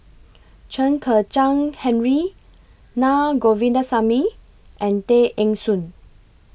Chen Kezhan Henri Na Govindasamy and Tay Eng Soon